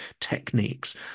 techniques